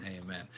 Amen